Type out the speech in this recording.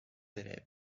élèves